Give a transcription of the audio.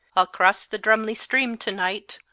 i'll cross the drumly stream to-night,